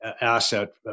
asset